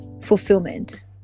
fulfillment